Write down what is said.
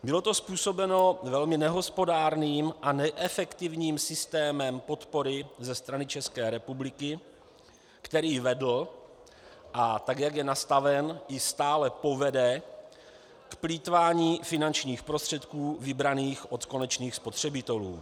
Bylo to způsobeno velmi nehospodárným a neefektivním systémem podpory ze strany České republiky, který vedl, a tak jak je nastaven, stále povede k plýtvání finančních prostředků vybraných od konečných spotřebitelů.